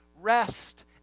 rest